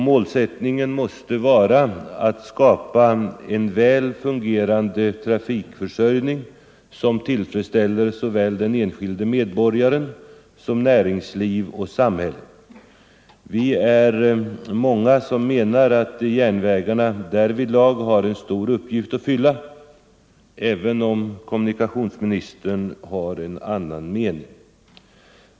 Målsättningen måste vara att skapa en väl fungerande trafikförsörjning som tillfredsställer såväl den enskilde medborgaren som näringsliv och samhälle. Vi är många som menar att järnvägarna därvidlag har en stor uppgift att fylla, även om kommunikationsministern har en annan mening.